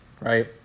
right